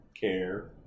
care